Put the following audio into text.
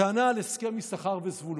טענה על הסכם יששכר וזבולון,